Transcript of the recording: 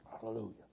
Hallelujah